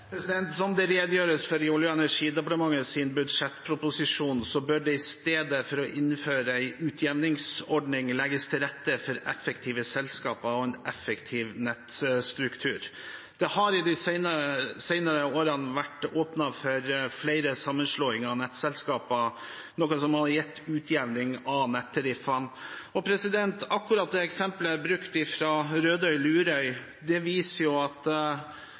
Som det redegjøres for i Olje- og energidepartementets budsjettproposisjon, bør det i stedet for å innføre en utjevningsordning legges til rette for effektive selskaper og en effektiv nettstruktur. Det har i de senere årene vært åpnet for flere sammenslåinger av nettselskaper, noe som har gitt utjevning av nettariffene. Og akkurat det eksempelet jeg brukte fra Rødøy-Lurøy, viser at det